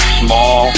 small